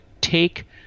take